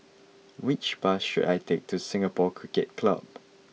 which bus should I take to Singapore Cricket Club